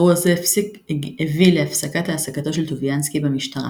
אירוע זה הביא להפסקת העסקתו של טוביאנסקי במשטרה.